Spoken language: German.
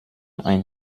ein